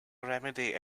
remedy